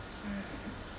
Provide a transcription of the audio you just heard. mm